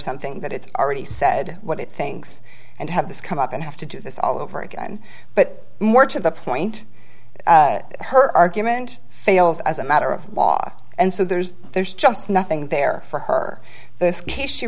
something that it's already said what it thinks and have this come up and have to do this all over again but more to the point her argument fails as a matter of law and so there's there's just nothing there for her